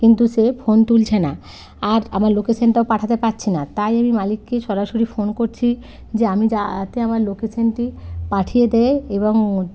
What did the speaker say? কিন্তু সে ফোন তুলছে না আর আমার লোকেশনটাও পাঠাতে পারছে না তাই আমি মালিককেই সরাসরি ফোন করছি যে আমি যাতে আমার লোকেশনটি পাঠিয়ে দেয় এবং